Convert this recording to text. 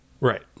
Right